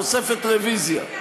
תוספת רוויזיה.